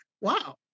Wow